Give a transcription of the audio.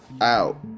out